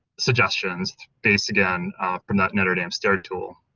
suggestions based again from that notre dame stair tool,